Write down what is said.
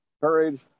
courage